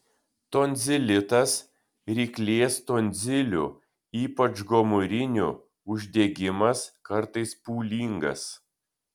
tonzilitas ryklės tonzilių ypač gomurinių uždegimas kartais pūlingas